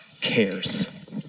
cares